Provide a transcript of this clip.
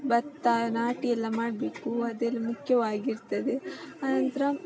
ಭತ್ತ ನಾಟಿಯೆಲ್ಲ ಮಾಡಬೇಕು ಅದೆಲ್ಲ ಮುಖ್ಯವಾಗಿರ್ತದೆ ಆ ನಂತರ